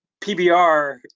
pbr